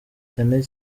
cyane